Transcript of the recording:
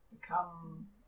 become